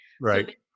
Right